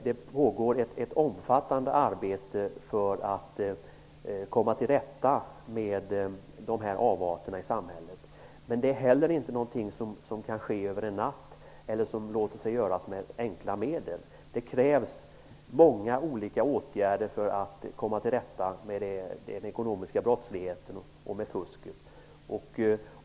Det pågår ett omfattande arbete för att komma till rätta med dessa avarter i samhället. Men det är inte heller något som kan ske över en natt eller som låter sig göras med enkla medel. Det krävs många olika åtgärder för att man skall komma till rätta med den ekonomiska brottsligheten och med fusket.